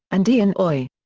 and ian oi.